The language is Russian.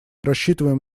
рассчитываем